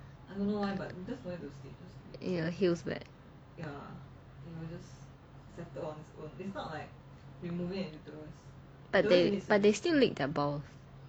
it will heals back but but they still lick their balls